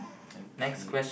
okay